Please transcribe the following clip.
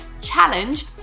challenge